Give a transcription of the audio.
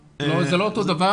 לא, זה לא אותו דבר.